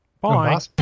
Bye